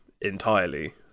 entirely